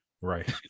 right